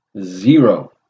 zero